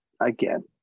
again